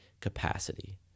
capacity